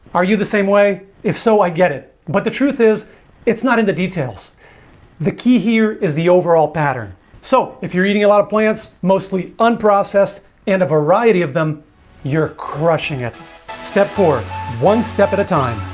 are you the same way? if so, i get it but the truth is it's not in the details the key here is the overall pattern so if you're eating a lot of plants mostly unprocessed and a variety of them you're crushing it step forward one step at a time.